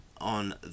on